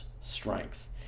strength